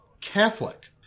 Catholic